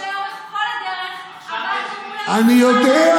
אני אמרתי שלאורך כל הדרך עבדנו מול, אני יודע.